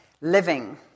living